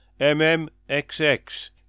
MMXX